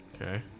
Okay